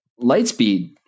Lightspeed